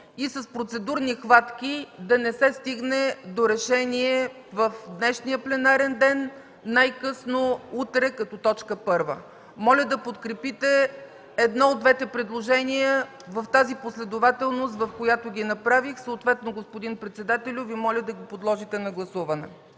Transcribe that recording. и с процедурни хватки да не се стигне до решение в днешния пленарен ден, най-късно утре като точка първа. Моля да подкрепите едно от двете предложения в тази последователност, в която ги направих. Съответно, господин председателю, Ви моля да ги подложите на гласуване.